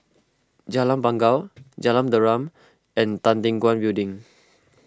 Jalan Bangau Jalan Derum and Tan Teck Guan Building